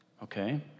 Okay